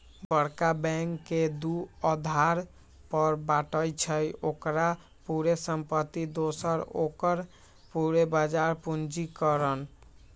बरका बैंक के दू अधार पर बाटइ छइ, ओकर पूरे संपत्ति दोसर ओकर पूरे बजार पूंजीकरण